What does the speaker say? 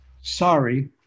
Sorry